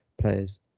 players